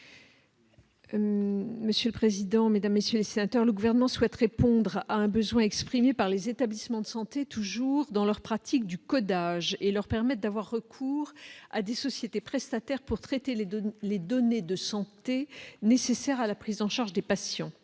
Monsieur le président, Mesdames, messieurs les sénateurs, le gouvernement souhaite répondre à un besoin exprimé par les établissements de santé toujours dans leur pratique du codage et leur permettent d'avoir recours à des sociétés prestataires pour traiter les données, les données de santé nécessaires à la prise en charge des patients